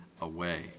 away